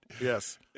Yes